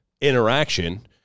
interaction